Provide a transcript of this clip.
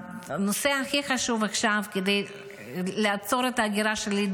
הנושא הכי חשוב עכשיו כדי לעצור את ההגירה השלילית